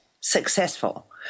successful